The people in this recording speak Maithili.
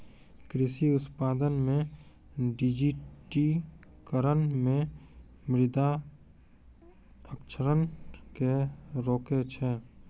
कृषि उत्पादन मे डिजिटिकरण मे मृदा क्षरण के रोकै छै